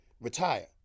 retire